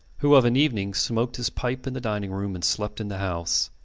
who of an evening smoked his pipe in the dining-room and slept in the house.